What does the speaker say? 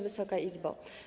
Wysoka Izbo!